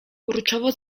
kurczowo